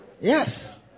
Yes